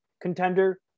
contender